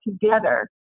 together